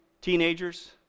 Teenagers